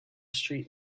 street